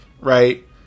right